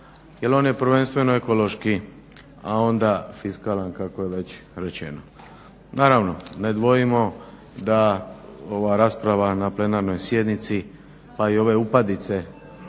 jer on je prvenstveno ekološki a onda fiskalan kako je već rečeno. Naravno ne dvojimo da ova rasprava na ovoj plenarnoj sjednici pa i ove upadice